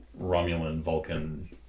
Romulan-Vulcan